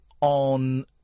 on